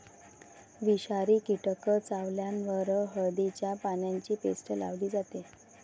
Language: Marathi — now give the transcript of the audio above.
विषारी कीटक चावल्यावर हळदीच्या पानांची पेस्ट लावली जाते